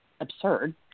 absurd